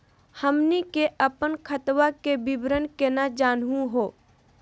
हमनी के अपन खतवा के विवरण केना जानहु हो?